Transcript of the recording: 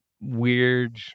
weird